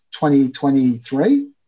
2023